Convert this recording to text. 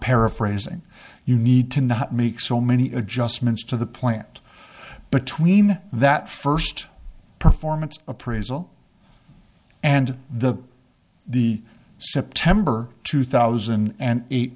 paraphrasing you need to not make so many adjustments to the plant but tween that first performance appraisal and the the september two thousand and eight